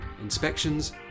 inspections